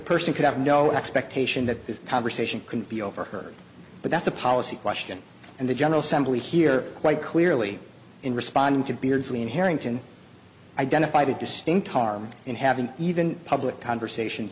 person could have no expectation that the conversation couldn't be overheard but that's a policy question and the general assembly here quite clearly in responding to beardsley and harrington identified a distinct harm in having even a public conversation